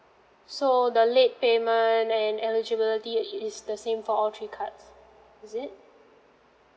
so the late payment and eligibility i~ is the same for all three cards is it